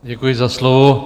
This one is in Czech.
Děkuji za slovo.